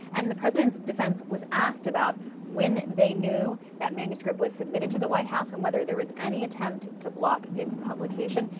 and the president's defense was asked about when they knew that manuscript was submitted to the white house and whether there was any attempt to block its publication.